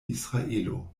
izraelo